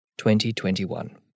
2021